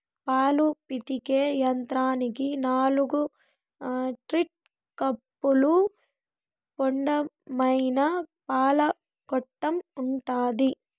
పాలు పితికే యంత్రానికి నాలుకు టీట్ కప్పులు, పొడవైన పాల గొట్టం ఉంటాది